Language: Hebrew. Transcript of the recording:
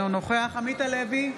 אינו נוכח עמית הלוי,